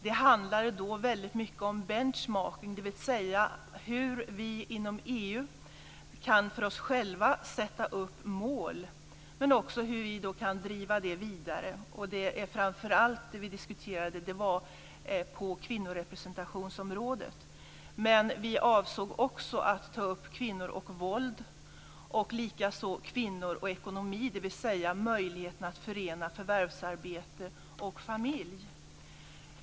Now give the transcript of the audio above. Det handlade då väldigt mycket om bench marking, dvs. hur vi inom EU för oss själva kan sätta upp mål, men också hur vi kan driva det vidare. Det vi framför allt diskuterade var kvinnorepresentationsområdet. Men vi avsåg också att ta upp kvinnor och våld, likaså kvinnor och ekonomi, dvs. möjligheten att förena förvärvsarbete och familj.